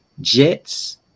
Jets